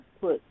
put